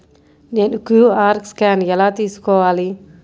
నేను QR scan ఎలా తీసుకోవాలి?